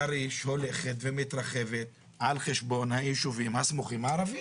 חריש הולכת ומתרחבת על חשבון היישובים הערביים הסמוכים.